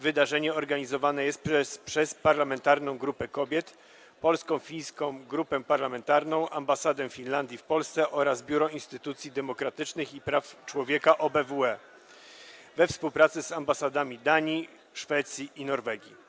Wydarzenie organizowane jest przez Parlamentarną Grupę Kobiet, Polsko-Fińską Grupę Parlamentarną, Ambasadę Finlandii w Polsce oraz Biuro Instytucji Demokratycznych i Praw Człowieka OBWE we współpracy z ambasadami Danii, Szwecji i Norwegii.